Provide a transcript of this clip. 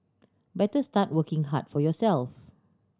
better start working hard for yourself